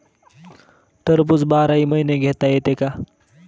टरबूज बाराही महिने घेता येते का?